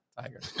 tiger